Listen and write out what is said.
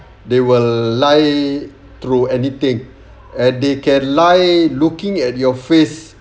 they will lie through anything and they can lie looking at your face